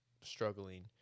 struggling